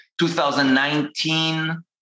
2019